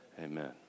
Amen